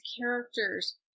characters